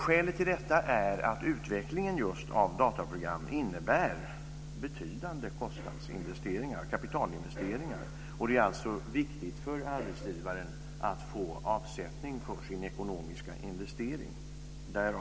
Skälet till detta är att utvecklingen av dataprogram för med sig betydande kapitalinvesteringar och att det är viktigt för arbetsgivaren att få avkastning av sin ekonomiska investering.